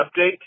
update